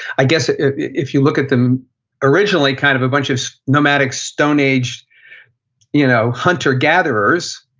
i guess if if you look at them originally, kind of a bunch of nomadic stone age you know hunter-gatherers,